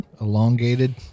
Elongated